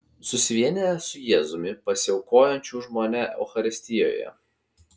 susivienijęs su jėzumi pasiaukojančiu už mane eucharistijoje